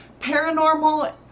paranormal